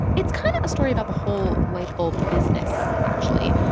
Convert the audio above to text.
it's kind of a story about the whole light bulb business, actually.